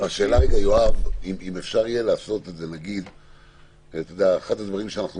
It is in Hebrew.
השאלה אם אפשר יהיה לעשות את זה אחד הדברים שאנחנו